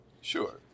Sure